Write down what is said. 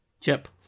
Chip